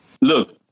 look